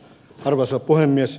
arvoisa puhemies